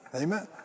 Amen